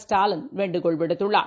ஸ்டாலின் வேண்டுகோள் விடுத்துள்ளார்